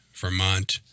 Vermont